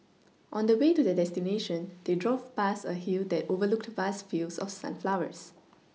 on the way to their destination they drove past a hill that overlooked vast fields of sunflowers